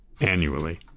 annually